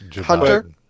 Hunter